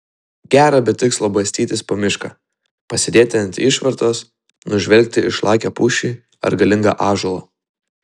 gera be tikslo bastytis po mišką pasėdėti ant išvartos nužvelgti išlakią pušį ar galingą ąžuolą